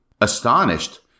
Astonished